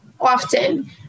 often